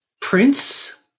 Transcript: Prince